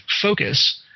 focus